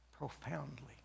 profoundly